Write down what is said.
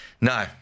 No